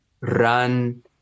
run